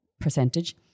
percentage